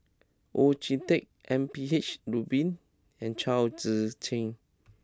Oon Jin Teik M P H Rubin and Chao Tzee Cheng